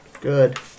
good